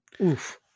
Oof